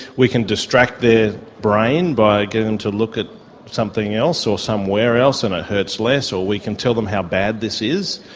we can distract their brain by getting them to look at something else, or somewhere else and it hurts less, or we can tell them how bad this is,